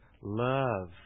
love